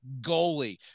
goalie